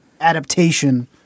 adaptation